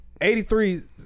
83